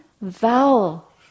vowel